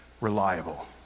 reliable